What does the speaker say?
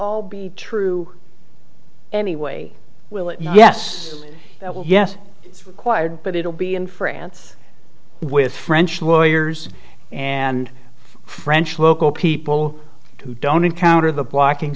be true anyway we'll it yes yes it's required but it will be in france with french lawyers and french local people who don't encounter the blocking